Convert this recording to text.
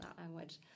language